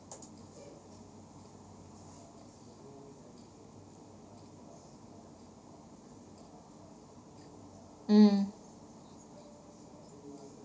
mm